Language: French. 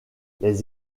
les